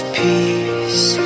peace